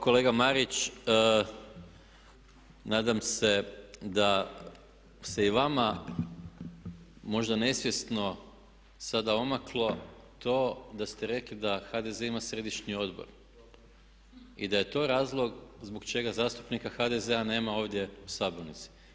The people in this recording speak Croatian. Kolega Marić, nadam se da se i vama možda nesvjesno sada omaklo to da ste rekli da HDZ ima središnji odbor i da je to razlog zbog čega zastupnika HDZ-a nema ovdje u sabornici.